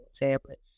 tablet